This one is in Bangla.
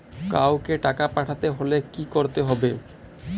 কাওকে টাকা পাঠাতে হলে কি করতে হবে?